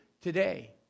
today